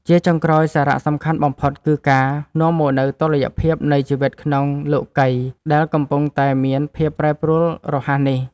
ជាចុងក្រោយ សារៈសំខាន់បំផុតគឺការនាំមកនូវតុល្យភាពនៃជីវិតក្នុងលោកិយដែលកំពុងតែមានភាពប្រែប្រួលរហ័សនេះ។